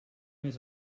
més